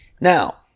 Now